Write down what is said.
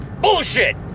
bullshit